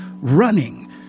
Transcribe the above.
running